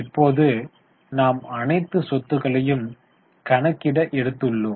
இப்போது நாம் அனைத்து சொத்துக்களையும் கணக்கிட எடுத்துள்ளோம்